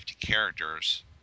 characters